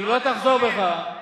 אם לא תחזור בך,